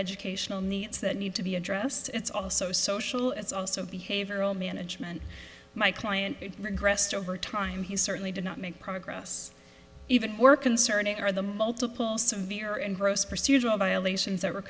educational needs that need to be addressed it's also social it's also behavioral management my client regressed over time he certainly did not make progress even more concerning are the multiple severe and gross procedural violations that were